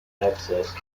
access